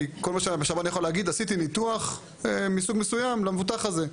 כי כל מה שהשב"ן יכול להגיד: עשיתי ניתוח מסוג מסוים למבוטח הזה.